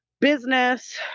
business